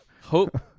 Hope